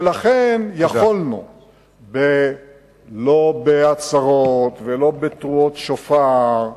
ולכן יכולנו, לא בהצהרות ולא בתרועות שופר,